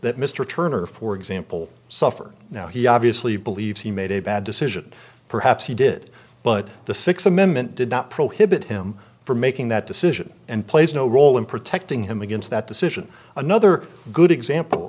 that mr turner for example suffer now he obviously believes he made a bad decision perhaps he did but the six amendment did not prohibit him from making that decision and plays no role in protecting him against that decision another good example